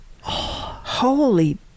Holy